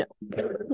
no